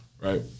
Right